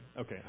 Okay